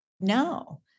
No